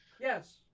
Yes